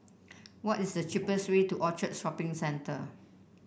what is the cheapest way to Orchard Shopping Centre